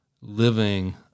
living